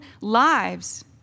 lives